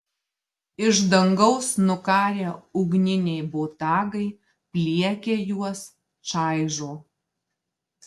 iš dangaus nukarę ugniniai botagai pliekia juos čaižo